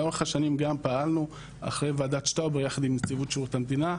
לאורך השנים גם פעלנו אחרי ועדת שטאובר יחד עם נציבות שירות המדינה.